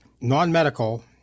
non-medical